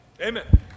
Amen